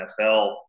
NFL